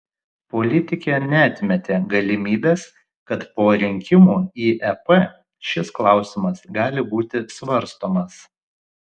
politikė neatmetė galimybės kad po rinkimų į ep šis klausimas gali būti svarstomas